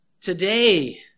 today